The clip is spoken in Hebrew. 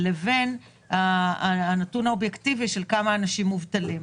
לבין הנתון האובייקטיבי של כמות האנשים המובטלים.